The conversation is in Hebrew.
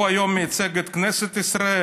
הוא כיום מייצג את כנסת ישראל?